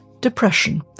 Depression